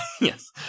Yes